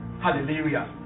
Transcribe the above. hallelujah